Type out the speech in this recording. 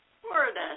Florida